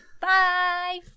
Bye